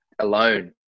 alone